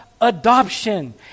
adoption